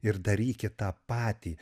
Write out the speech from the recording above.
ir darykit tą patį